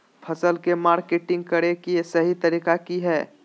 फसल के मार्केटिंग करें कि सही तरीका की हय?